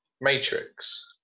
matrix